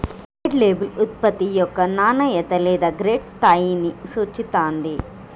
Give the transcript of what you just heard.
grade label ఉత్పత్తి యొక్క నాణ్యత లేదా గ్రేడ్ స్థాయిని సూచిత్తాంది